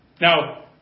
Now